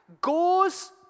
goes